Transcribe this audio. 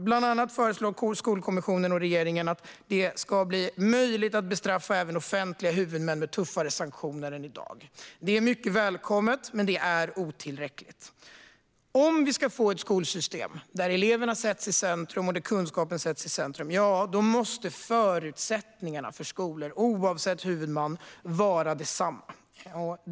Bland annat föreslår Skolkommissionen och regeringen att det ska bli möjligt att bestraffa även offentliga huvudmän med tuffare sanktioner än i dag. Detta är mycket välkommet, men det är otillräckligt. Om vi ska få ett skolsystem där eleverna och kunskapen sätts i centrum måste förutsättningarna för alla skolor, oavsett huvudman, vara desamma.